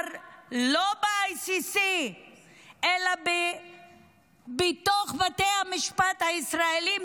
כבר לא ב-ICC אלא בבתי המשפט הישראליים,